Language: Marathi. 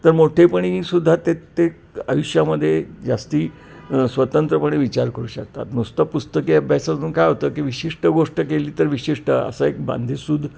तर मोठेपणी सुद्धा ते ते आयुष्यामध्ये जास्त स्वतंत्रपणे विचार करू शकतात नुसतं पुस्तकी अभ्यासातून काय होतं की विशिष्ट गोष्ट केली तर विशिष्ट असा एक बांधेसुद